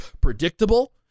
predictable